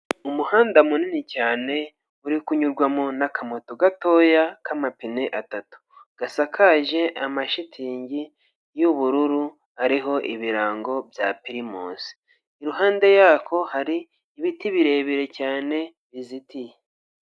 Umuhanda munini cyane uri kunyurwamo n'akamoto gatoya k'amapine atatu gasakaje amashitingi y'ubururu ariho ibirango bya pirimusi, iruhande yako hari ibiti birebire cyane bizitiye.